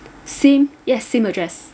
same yes same address